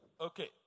Okay